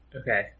okay